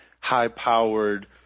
high-powered